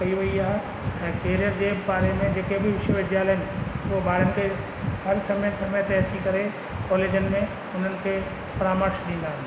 कई वई आहे ऐं कैरियर जे बारे में जेके बि विश्वविद्यालय आहिनि उहे ॿारनि खे हर समय समय ते अची करे कॉलेजनि में उन्हनि खे परामर्श ॾींदा आहिनि